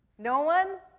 no one?